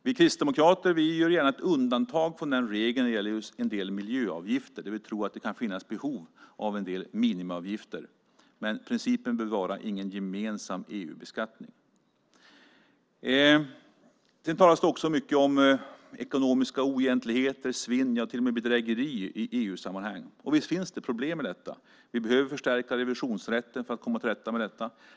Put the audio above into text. Vi kristdemokrater gör gärna ett undantag från den regeln när det gäller en del miljöavgifter, där vi tror att det kan finnas behov av minimiavgifter. Men principen bör vara att vi inte ska ha någon gemensam EU-beskattning. Det talas mycket om ekonomiska oegentligheter, svinn och till och med bedrägeri i EU-sammanhang. Och visst finns det problem med detta. Vi behöver förstärka revisionsrätten för att komma till rätta med detta.